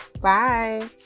Bye